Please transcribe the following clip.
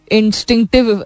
instinctive